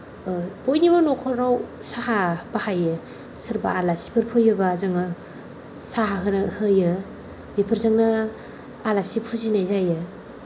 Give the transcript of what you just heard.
बयनिबो न'खराव साहा बाहायो सोरबा आलासिफोर फैयोबा जोङो साहा होयो बेफोरजोंनो आलासि फुजिनाय जायो